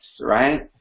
right